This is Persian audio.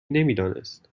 نمیدانست